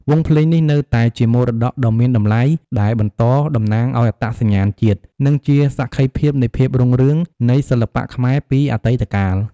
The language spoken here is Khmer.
វង់ភ្លេងនេះនៅតែជាមរតកដ៏មានតម្លៃ ដែលបន្តតំណាងឱ្យអត្តសញ្ញាណជាតិ និងជាសក្ខីភាពនៃភាពរុងរឿងនៃសិល្បៈខ្មែរពីអតីតកាល។